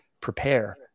prepare